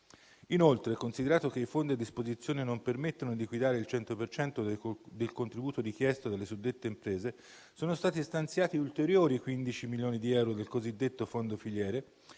Inoltre, considerato che i fondi a disposizione non permettono di liquidare il 100 per cento del contributo richiesto dalle suddette imprese, sono stati stanziati ulteriori 15 milioni di euro del cosiddetto Fondo filiere